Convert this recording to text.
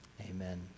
amen